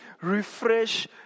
Refresh